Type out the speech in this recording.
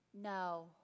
No